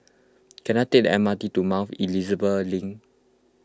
can I take the M R T to Mount Elizabeth Link